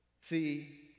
See